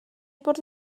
bwrdd